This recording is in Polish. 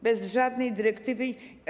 Bez żadnej dyrektywy.